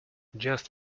just